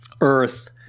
Earth